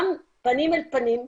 גם פנים אל פנים,